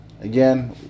again